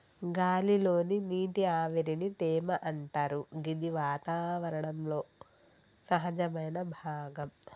గాలి లోని నీటి ఆవిరిని తేమ అంటరు గిది వాతావరణంలో సహజమైన భాగం